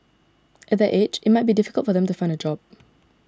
at that age it might be difficult for them to find a job